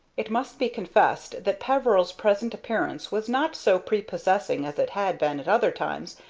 it must be confessed that peveril's present appearance was not so prepossessing as it had been at other times,